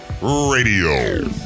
Radio